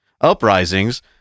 uprisings